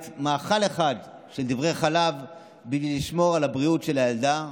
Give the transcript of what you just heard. מאכל אחד של דברי חלב בשביל לשמור על הבריאות של הילדה,